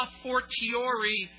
fortiori